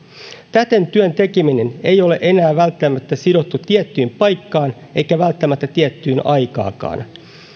täten työn tekeminen ei ole enää välttämättä sidottu tiettyyn paikkaan eikä välttämättä tiettyyn aikaankaan